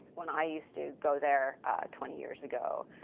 when i used to go there twenty years ago.